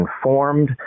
informed